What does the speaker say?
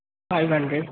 five hundred